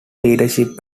leadership